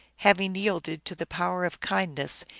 having yielded to the power of kindness,